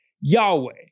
Yahweh